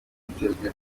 byitezwe